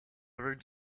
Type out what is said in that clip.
around